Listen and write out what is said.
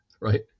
right